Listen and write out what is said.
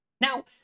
Now